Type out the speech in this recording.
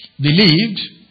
believed